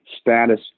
status